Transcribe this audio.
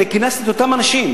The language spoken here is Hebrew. אני כינסתי את אותם אנשים,